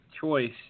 choice